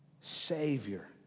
Savior